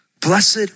Blessed